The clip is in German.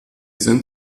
sind